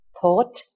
thought